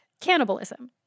cannibalism